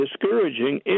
discouraging